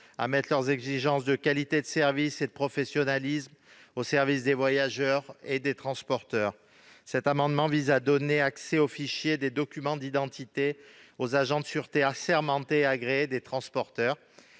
à mettre leurs exigences de qualité de service et de professionnalisme au service des voyageurs et des transporteurs. Cet amendement vise à donner accès aux fichiers des documents d'identité aux agents de sûreté assermentés et agréés des transporteurs,